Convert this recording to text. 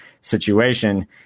situation